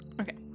Okay